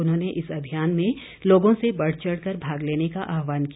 उन्होंने इस अभियान में लोगों से बढ़चढ़ कर भाग लेने का आह्वान किया